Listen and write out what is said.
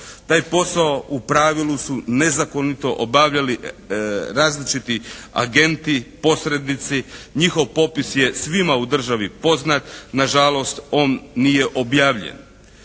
Taj posao u pravilu su nezakonito obavljali različiti agenti, posrednici, njihov popis je svima u državi poznat. Nažalost on nije objavljen.